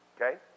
Okay